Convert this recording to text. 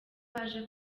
baje